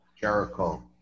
Jericho